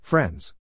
Friends